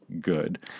good